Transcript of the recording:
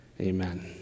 Amen